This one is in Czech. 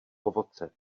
ovoce